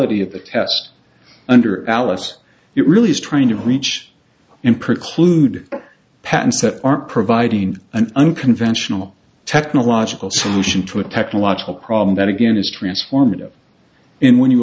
of the test under alice you really is trying to reach in preclude patents that aren't providing an unconventional technological solution to a technological problem that again is transformative in when you